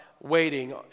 waiting